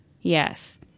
Yes